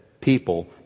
people